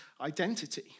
identity